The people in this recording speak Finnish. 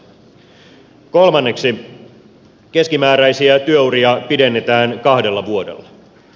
kolmanneksi keskimääräisiä työuria pidennetään kahdella vuodella